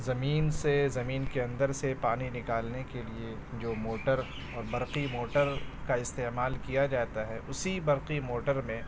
زمین سے زمین کے اندر سے پانی نکالنے کے لیے جو موٹر اور برقی موٹر کا استعمال کیا جاتا ہے اسی برقی موٹر میں